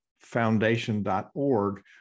foundation.org